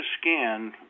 scan